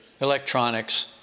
Electronics